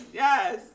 yes